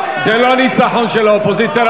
זה לא ניצחון של האופוזיציה.